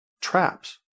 traps